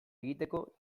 egiteko